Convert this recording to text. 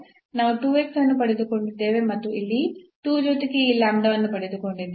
ನಾವು ಅನ್ನು ಪಡೆದುಕೊಂಡಿದ್ದೇವೆ ಮತ್ತು ಇಲ್ಲಿ 2 ಜೊತೆಗೆ ಈ ಅನ್ನು ಪಡೆದುಕೊಂಡಿದ್ದೇವೆ